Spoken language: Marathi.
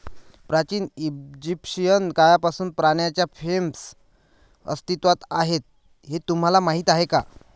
प्राचीन इजिप्शियन काळापासून पाण्याच्या फ्रेम्स अस्तित्वात आहेत हे तुम्हाला माहीत आहे का?